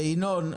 ינון,